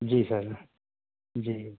جی sir جی